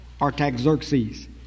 Artaxerxes